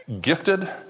gifted